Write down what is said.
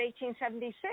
1876